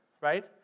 right